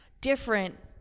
different